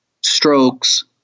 strokes